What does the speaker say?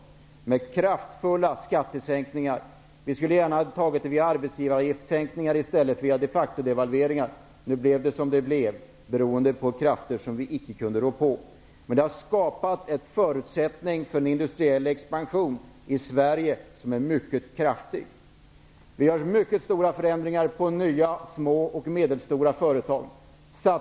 Vi genomför kraftiga skattesänkningar -- vi skulle i och för sig gärna ha gjort det via sänkta arbetsgivaravgifter i stället för en de facto-devalvering , men nu blev det som det blev beroende på krafter som vi icke kunde rå på. Vi har skapat en förutsättning för en mycket stark industriell expansion i Sverige. Förändringarna för små och medelstora företag är stora.